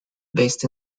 based